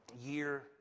year